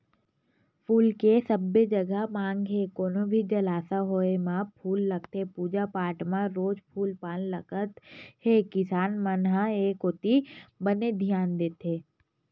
फूल के सबे जघा मांग हे कोनो भी जलसा होय म फूल लगथे पूजा पाठ म रोज फूल पान लगत हे किसान मन ह ए कोती बने धियान देत हे